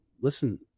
listen